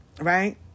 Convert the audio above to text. right